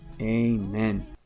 Amen